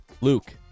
Luke